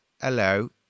hello